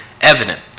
evident